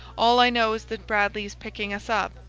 all i know is that bradley is picking us up.